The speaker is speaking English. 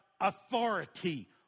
authority